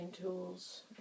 tools